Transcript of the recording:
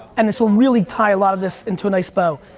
and this will really tie a lot of this into a nice bow.